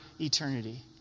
eternity